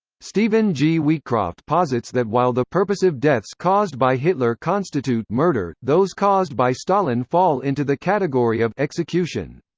stephen g. wheatcroft posits that while the purposive deaths caused by hitler constitute murder, those caused by stalin fall into the category of execution.